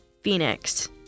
Phoenix